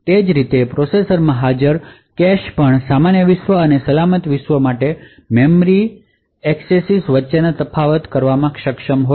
તે જ રીતે પ્રોસેસરમાં હાજર કેશ પણ સામાન્ય વિશ્વ અને સલામત વિશ્વ માટે મેમરી એક્સેસ વચ્ચે તફાવત કરવામાં સક્ષમ હોય છે